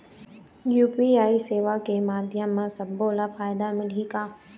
UPI सेवा के माध्यम म सब्बो ला फायदा मिलही का?